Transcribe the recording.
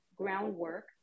groundwork